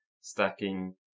stacking